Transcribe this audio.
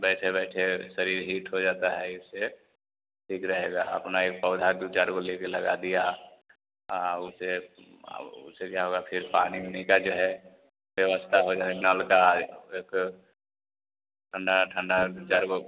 बैठे बैठे शरीर हीट हो जाता है एसे ठीक रहेगा अपना यह पौधा दो चार को लेकर लगा दिया उसे अब उससे क्या होगा फिर पानी ओनी का जो है व्यवस्था हो जाए नल का एक ठंडा ठंडा बेचारे को